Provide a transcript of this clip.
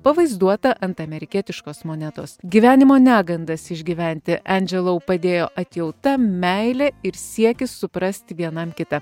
pavaizduota ant amerikietiškos monetos gyvenimo negandas išgyventi endželou padėjo atjauta meilė ir siekis suprasti vienam kitą